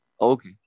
Okay